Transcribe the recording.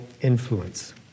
influence